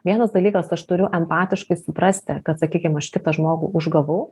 vienas dalykas aš turiu empatiškai suprasti kad sakykim aš kitą žmogų užgavau